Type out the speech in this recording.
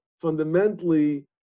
fundamentally